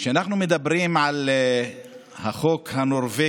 אז על אפם ועל חמתם של כל הגזענים נמשיך לחיות בנגב,